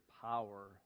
power